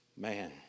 Man